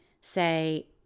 say